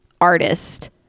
Artist